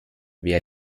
wer